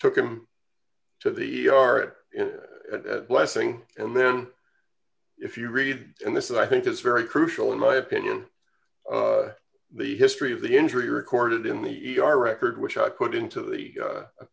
took him to the e r in that blessing and then if you read and this is i think is very crucial in my opinion the history of the injury recorded in the e r record which i put into the